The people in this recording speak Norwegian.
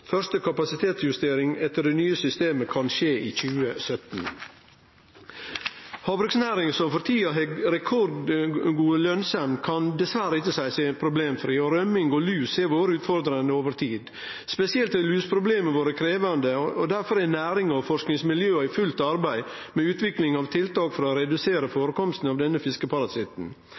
første kapasitetsjustering etter det nye systemet kan skje i 2017. Havbruksnæringa, som for tida har rekordgod lønsemd, kan dessverre ikkje seie seg problemfri. Rømming og lus har vore utfordrande over tid. Spesielt har luseproblemet vore krevjande, og difor er næringa og forskingsmiljøa i fullt arbeid med utvikling av tiltak for å redusere førekomsten av denne